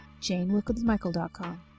janewilkinsmichael.com